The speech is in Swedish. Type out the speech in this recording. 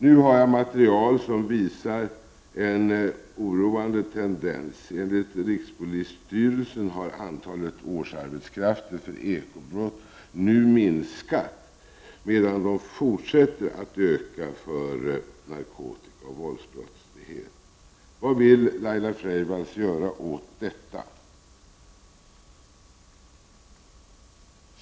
Nu har jag material som visar en oroande tendens. Enligt rikspolisstyrelsen har antalet årsarbetskrafter för beivrande av ekobrott nu minskat, medan det fortsätter att öka när det gäller narkotikaoch våldsbrottslighet. Vad vill Laila Freivalds göra åt detta?